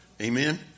Amen